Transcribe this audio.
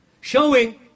showing